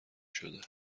شده